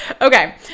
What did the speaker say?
Okay